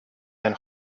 and